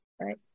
right